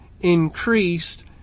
increased